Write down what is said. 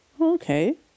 Okay